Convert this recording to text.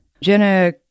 Jenna